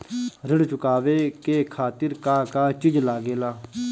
ऋण चुकावे के खातिर का का चिज लागेला?